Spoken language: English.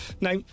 Now